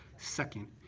second,